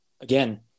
again